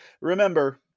remember